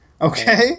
Okay